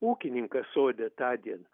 ūkininkas sode tądien